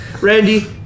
Randy